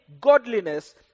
godliness